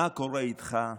מה קורה איתך,